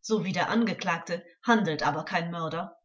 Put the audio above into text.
so wie der angeklagte handelt aber kein mörder